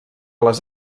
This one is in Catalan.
les